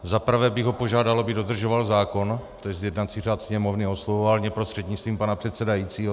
Za prvé bych ho požádal, aby dodržoval zákon, tj. jednací řád Sněmovny, a oslovoval mě prostřednictvím pana předsedajícího.